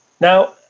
Now